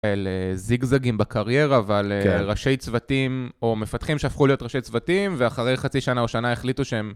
אלה זיגזגים בקריירה, אבל ראשי צוותים או מפתחים שהפכו להיות ראשי צוותים ואחרי חצי שנה או שנה החליטו שהם